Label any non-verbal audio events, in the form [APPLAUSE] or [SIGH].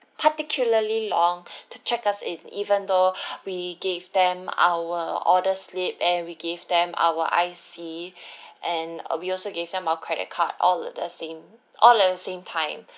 particularly long to check us in even though [BREATH] we gave them our order slip and we give them our I_C and uh we also gave them our credit card all the same all at the same time